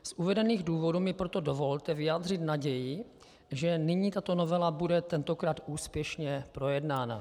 Z uvedených důvodů mi proto dovolte vyjádřit naději, že nyní tato novela bude tentokrát úspěšně projednána.